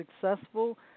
successful